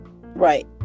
Right